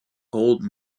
old